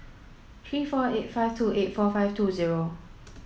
three four eight five two eight four five two zero